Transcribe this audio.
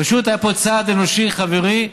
פשוט היה פה צעד אנושי, חברי.